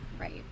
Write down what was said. Right